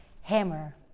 hammer